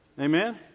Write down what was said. Amen